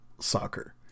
Soccer